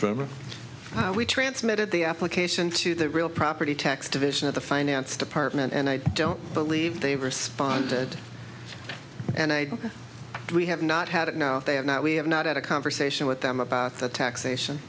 proposals we transmitted the application to the real property tax division of the finance department and i don't believe they responded and we have not had it no they have not we have not had a conversation with them about the taxation